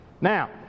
Now